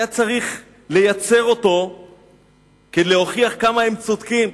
היה צריך לייצר אותו כדי להוכיח כמה הם צודקים.